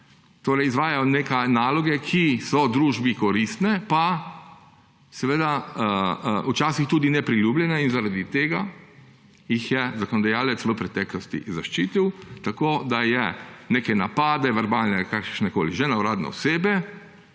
torej izvajajo neke naloge, ki so družbi koristne, včasih pa tudi nepriljubljene. In zaradi tega jih je zakonodajalec v preteklosti zaščitil, tako da je neke napade, verbalne ali kakršnekoli že, na uradne osebe